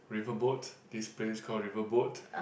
River Boat this place call River Boat